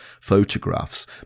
photographs